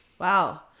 Wow